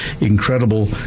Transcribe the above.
incredible